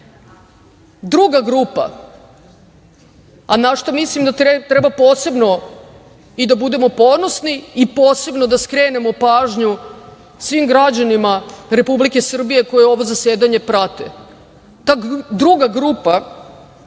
važna. Druga grupa, a na šta mislim da treba posebno i da budemo ponosni i posebno da skrenemo pažnju svim građanima Republike Srbije koji ovo zasedanje prate, ta druga grupa